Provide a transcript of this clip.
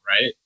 right